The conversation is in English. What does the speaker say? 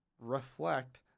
reflect